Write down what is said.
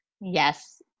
Yes